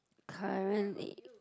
currently